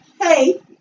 Hey